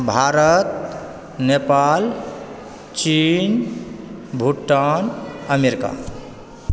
भारत नेपाल चीन भूटान अमेरिका